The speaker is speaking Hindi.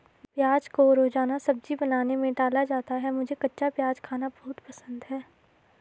प्याज को रोजाना सब्जी बनाने में डाला जाता है मुझे कच्चा प्याज खाना बहुत पसंद है